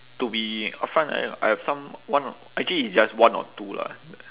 to be upfront I I have some one or actually it's just one or two lah